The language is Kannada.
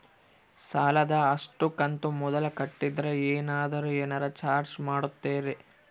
ಸಾಲದ ಅಷ್ಟು ಕಂತು ಮೊದಲ ಕಟ್ಟಿದ್ರ ಏನಾದರೂ ಏನರ ಚಾರ್ಜ್ ಮಾಡುತ್ತೇರಿ?